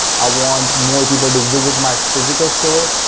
i want more people to visit my physical store.